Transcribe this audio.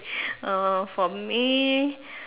uh for me